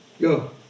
Go